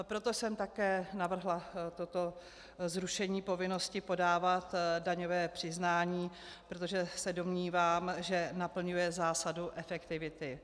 Proto jsem také navrhla zrušení povinnosti podávat daňové přiznání, protože se domnívám, že naplňuje zásadu efektivity.